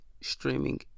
streaming